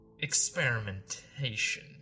experimentation